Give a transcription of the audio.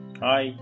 Hi